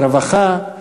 ברווחה,